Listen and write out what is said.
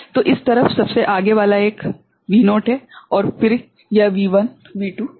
तो इस तरफ सबसे आगे वाला एक V0 है फिर यह V1 V2 V3 है